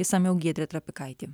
išsamiau giedrė trapikaitė